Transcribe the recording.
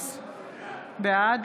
בעד